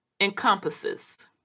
encompasses